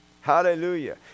Hallelujah